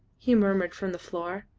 he murmured from the floor,